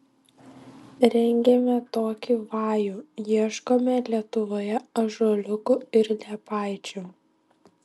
rengėme tokį vajų ieškome lietuvoje ąžuoliukų ir liepaičių